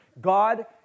God